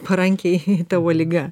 parankėj tavo liga